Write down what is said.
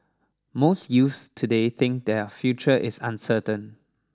most youths today think their future is uncertain